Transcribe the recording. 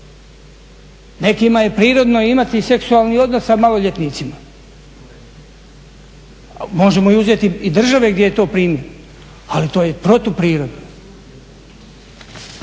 Nekima je prirodno imati seksualni odnos sa maloljetnicima. Možemo uzeti i države gdje je to …/Govornik se ne razumije./…